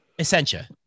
essentia